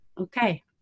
okay